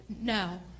No